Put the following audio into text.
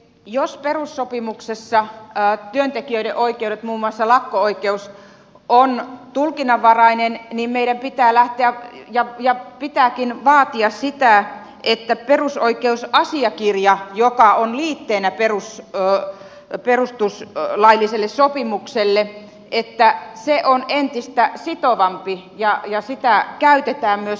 jos perussopimuksessa työntekijöiden oikeudet muun muassa lakko oikeus ovat tulkinnanvaraisia niin meidän pitääkin vaatia sitä että perusoikeusasiakirja joka on liitteenä perustuslailliselle sopimukselle on entistä sitovampi ja sitä käytetään myös